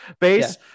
base